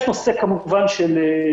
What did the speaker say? יש כמובן נושא של ציות,